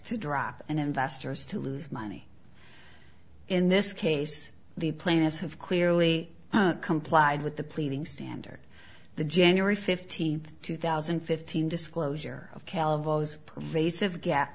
to drop and investors to lose money in this case the plaintiffs have clearly complied with the pleading standard the january fifteenth two thousand and fifteen disclosure of calaveras pervasive gap